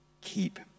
keep